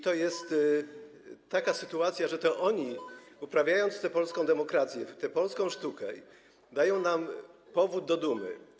To jest taka sytuacja, że to oni, uprawiając tę polską demokrację, tę polską sztukę, dają nam powód do dumy.